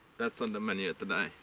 that's on the menu today.